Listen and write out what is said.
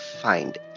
find